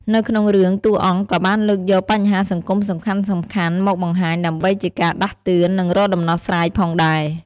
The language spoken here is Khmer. នៅក្នុងរឿងតួរអង្គក៏បានលើកយកបញ្ហាសង្គមសំខាន់ៗមកបង្ហាញ ដើម្បីជាការដាស់តឿន នឹងរកដំណោះស្រាយផងដែរ ។